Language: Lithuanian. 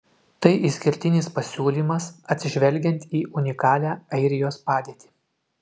tai išskirtinis pasiūlymas atsižvelgiant į unikalią airijos padėtį